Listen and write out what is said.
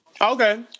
Okay